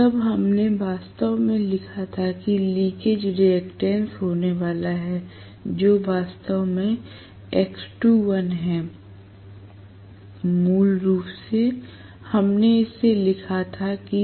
तब हमने वास्तव में लिखा था कि लीकेज रिएक्टेंस होने वाला है जो वास्तव में X2l है मूल रूप से हमने इसे लिखा था कि sX2l